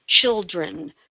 children